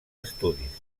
estudis